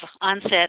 onset